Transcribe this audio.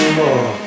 more